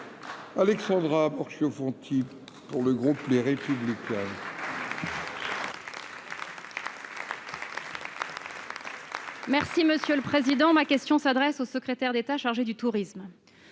Alexandra Borchio Fontimp, pour le groupe Les Républicains.